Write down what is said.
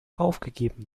aufgegeben